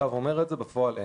הצו אומר את זה, בפועל אין.